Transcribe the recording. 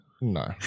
No